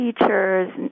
teachers